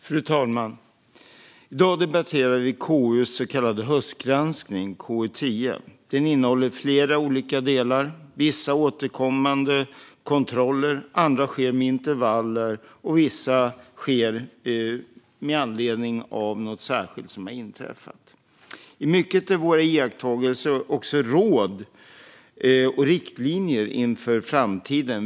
Fru talman! I dag debatterar vi KU:s så kallade höstgranskning, KU10. Den innehåller flera olika delar. Vissa kontroller är återkommande, andra sker med intervall och vissa sker med anledning av något särskilt som har inträffat. Våra iakttagelser är i mycket också råd och riktlinjer inför framtiden.